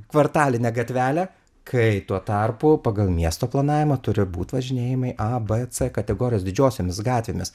kvartalinę gatvelę kai tuo tarpu pagal miesto planavimą turi būt važinėjimai a b c kategorijos didžiosiomis gatvėmis